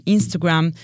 Instagram